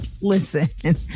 Listen